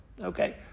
Okay